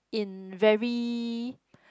in very